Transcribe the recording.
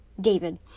David